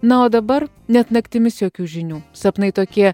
na o dabar net naktimis jokių žinių sapnai tokie